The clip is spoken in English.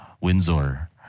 Windsor